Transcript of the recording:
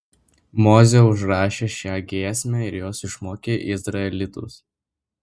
mozė užrašė šią giesmę ir jos išmokė izraelitus